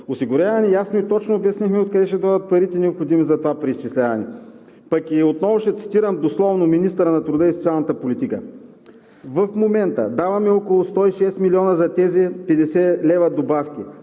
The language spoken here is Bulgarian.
осигуряване. Ясно и точно обяснихме откъде ще дойдат парите за това преизчисляване. Отново ще цитирам дословно министъра на труда и социалната политика: „ В момента даваме около 106 милиона за тези 50 лв. добавки.“